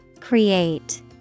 Create